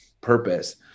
purpose